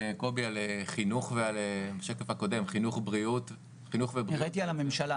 בתחומי החינוך והבריאות --- השקף דיבר על הממשלה.